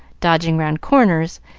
dodging round corners,